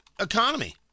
economy